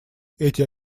эти